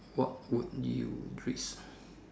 what would you risk